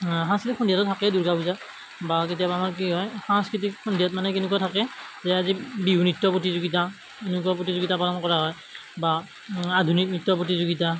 সাংস্কৃতিক সন্ধিয়াতো থাকেই দূৰ্গা পূজাত বা কেতিয়াবা আমাৰ কি হয় সাংস্কৃতিক সন্ধিয়াত মানে কেনেকুৱা থাকে যে আজি বিহু নৃত্য প্ৰতিযোগিতা এনেকুৱা প্ৰতিযোগিতা পালন কৰা হয় বা আধুনিক নৃত্য প্ৰতিযোগিতা